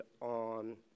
on